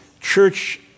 Church